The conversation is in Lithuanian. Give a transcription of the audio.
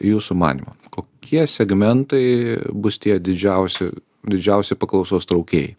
jūsų manymu kokie segmentai bus tie didžiausi didžiausi paklausos traukėjai